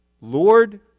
Lord